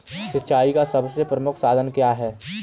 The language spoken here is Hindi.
सिंचाई का सबसे प्रमुख साधन क्या है?